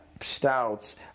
Stouts